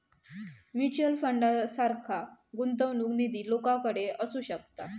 mutual फंडासारखा गुंतवणूक निधी लोकांकडे असू शकता